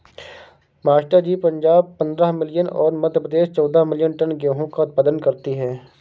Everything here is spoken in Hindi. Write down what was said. मास्टर जी पंजाब पंद्रह मिलियन और मध्य प्रदेश चौदह मिलीयन टन गेहूं का उत्पादन करती है